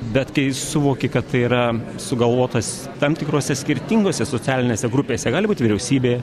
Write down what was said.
bet kai suvoki kad tai yra sugalvotas tam tikrose skirtingose socialinėse grupėse gali būt vyriausybėje